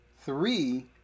three